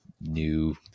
new